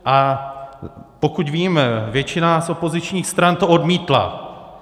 A pokud vím, většina z opozičních stran to odmítla.